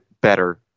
better